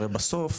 הרי בסוף,